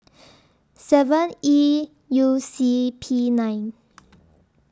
seven E U C P nine